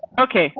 okay,